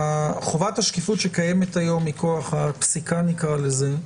חובת השקיפות שקיימת היום מכוח הפסיקה נקרא לזה,